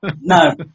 no